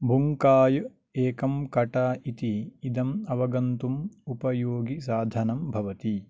बुङ्काय् एकं कटा इतीदम् अवगन्तुम् उपयोगि साधनं भवति